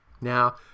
Now